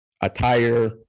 attire